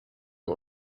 ihr